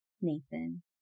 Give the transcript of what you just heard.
Nathan